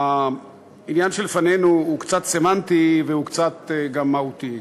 העניין שלפנינו הוא קצת סמנטי והוא קצת גם מהותי.